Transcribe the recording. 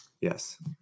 Yes